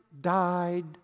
died